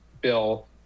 bill